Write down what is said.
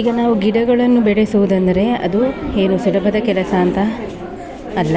ಈಗ ನಾವು ಗಿಡಗಳನ್ನು ಬೆಳೆಸುವುದೆಂದರೆ ಅದು ಏನು ಸುಲಭದ ಕೆಲಸ ಅಂತ ಅಲ್ಲ